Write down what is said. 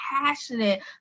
passionate